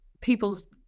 people's